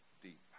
deep